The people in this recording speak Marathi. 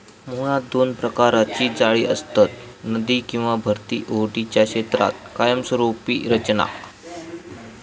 मुळात दोन प्रकारची जाळी असतत, नदी किंवा भरती ओहोटीच्या क्षेत्रात कायमस्वरूपी रचना